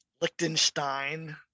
Liechtenstein